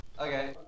Okay